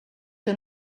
que